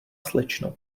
slečno